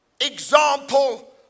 example